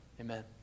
amen